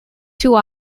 two